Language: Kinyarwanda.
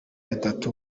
atatu